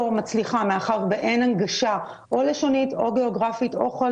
מצליחה מאחר ואין הנגשה או לשונית או גיאוגרפית או כל